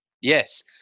Yes